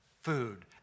food